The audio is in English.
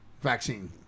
vaccine